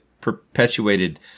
perpetuated